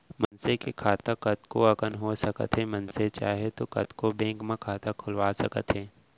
मनसे के खाता कतको अकन हो सकत हे मनसे चाहे तौ कतको बेंक म खाता खोलवा सकत हे